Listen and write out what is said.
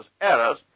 errors